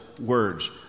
words